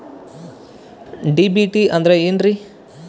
DBT ಅಂದ್ರ ಏನ್ರಿ?